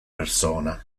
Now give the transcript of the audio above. persona